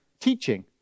teaching